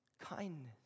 kindness